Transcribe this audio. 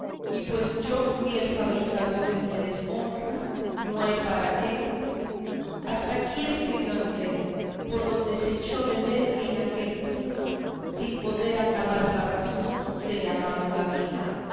y pues yo fui el fabricador de mi deshonra no hay para qué hasta aquí escribió anselmo por donde se echó de ver que en aquel punto sin poder acabar la razón se le acabó la vida